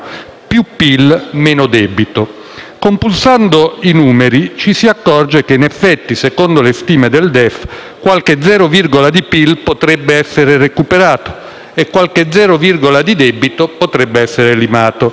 "più PIL, meno debito". Compulsando i numeri ci si accorge che in effetti, secondo le stime del DEF, qualche «zero virgola» di PIL potrebbe essere recuperato e qualche «zero virgola» di debito potrebbe essere abbattuto.